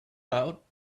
out